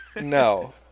No